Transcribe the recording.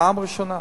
פעם ראשונה.